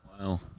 Wow